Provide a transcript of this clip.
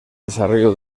desarrollo